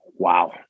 Wow